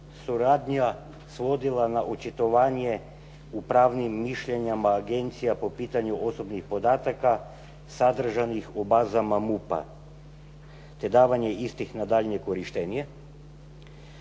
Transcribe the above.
suradnja svodila na očitovanje u pravnim mišljenjima agencija po pitanju osobnih podataka sadržanih u bazama MUP-a, te davanje istih na daljnje korištenje.